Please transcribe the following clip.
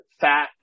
fat